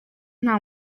nta